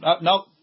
No